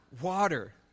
water